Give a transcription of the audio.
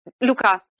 Luca